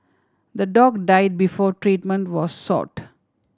the dog died before treatment was sought